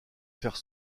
faire